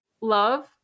love